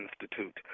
Institute